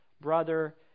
brother